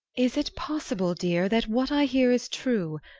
is it possible, dear, that what i hear is true?